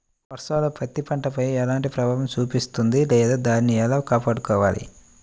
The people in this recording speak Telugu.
వర్షాలు పత్తి పంటపై ఎలాంటి ప్రభావం చూపిస్తుంద లేదా దానిని ఎలా కాపాడుకోవాలి?